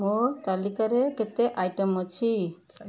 ମୋ ତାଲିକାରେ କେତେ ଆଇଟମ୍ ଅଛି